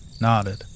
nodded